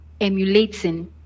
emulating